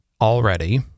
already